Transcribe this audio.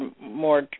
more